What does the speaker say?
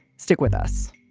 stick with us